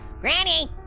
granny?